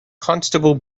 constable